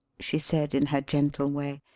she said in her gentle way,